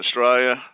Australia